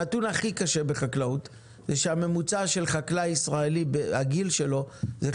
הנתון הכי קשה בחקלאות הוא שממוצע הגיל של